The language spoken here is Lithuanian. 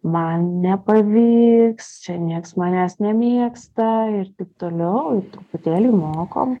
man nepavyks čia nieks manęs nemėgsta ir taip toliau ir truputėlį mokom